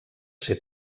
ser